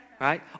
Right